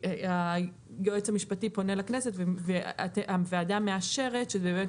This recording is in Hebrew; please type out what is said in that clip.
היועץ המשפטי פונה לכנסת והוועדה מאשרת שבאמת